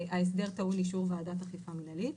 ההסדר טעון אישור ועדת אכיפה מינהלית.